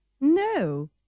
No